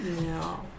no